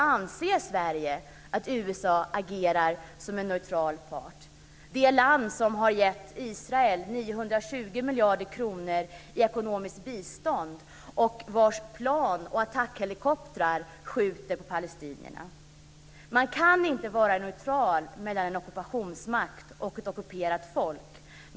Anser Sverige att USA agerar som en neutral part; det land som har gett Israel 920 miljarder kronor i ekonomiskt bistånd och vars plan och attackhelikoptrar skjuter på palestinierna? Man kan inte vara neutral mellan en ockupationsmakt och ett ockuperat folk.